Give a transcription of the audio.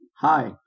Hi